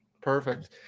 perfect